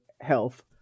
health